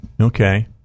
Okay